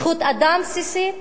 זכות אדם בסיסית?